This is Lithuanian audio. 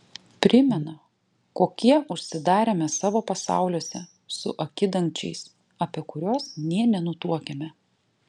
primena kokie užsidarę mes savo pasauliuose su akidangčiais apie kuriuos nė nenutuokiame